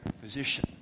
physician